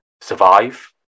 survive